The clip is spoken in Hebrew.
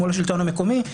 מול השלטון המקומי,